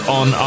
on